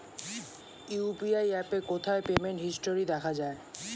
UPI অ্যাপে কোথায় payment history দেখা যায়?